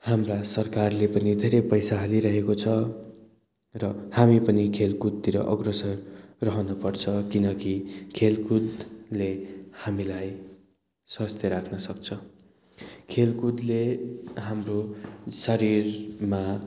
हाम्रा सरकारले पनि धेरै पैसा हालिरहेको छ र हामी पनि खेलकुदतिर अग्रसर रहनुपर्छ किनकि खेलकुदले हामीलाई स्वस्थ्य राख्नसक्छ खेलकुदले हाम्रो शरीरमा